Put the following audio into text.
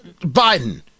Biden